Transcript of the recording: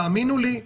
תאמינו לי,